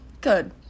good